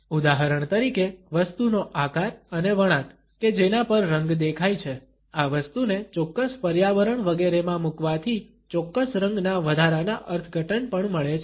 ઉદાહરણ તરીકે વસ્તુનો આકાર અને વણાટ કે જેના પર રંગ દેખાય છે આ વસ્તુને ચોક્કસ પર્યાવરણ વગેરેમાં મૂકવાથી ચોક્કસ રંગના વધારાના અર્થઘટન પણ મળે છે